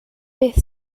beth